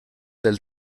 del